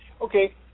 Okay